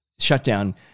Shutdown